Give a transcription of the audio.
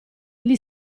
gli